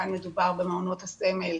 כאן מדובר במעונות הסמל,